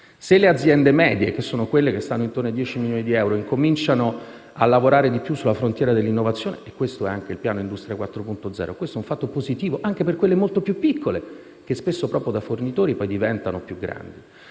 Se le aziende medie, quelle cioè attorno ai 10 milioni di euro, incominciano a lavorare di più sulla frontiera dell'innovazione - e questo è anche il piano Industria 4.0 - è un fatto positivo anche per quelle molto più piccole, che spesso proprio da fornitori diventano poi più grandi.